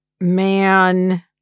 man